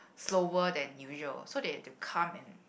slower than usual so they had to come and